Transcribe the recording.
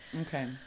Okay